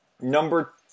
Number